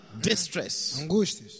distress